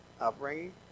upbringing